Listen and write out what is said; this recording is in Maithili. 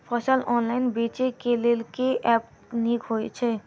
फसल ऑनलाइन बेचै केँ लेल केँ ऐप नीक होइ छै?